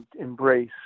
embrace